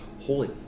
Holy